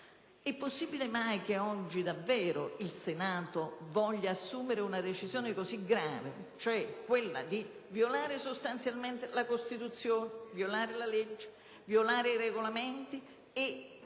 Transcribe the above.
è possibile mai che oggi davvero il Senato voglia assumere una decisione così grave - cioè quella di violare sostanzialmente la Costituzione, violare la legge, violare i Regolamenti -